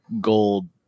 gold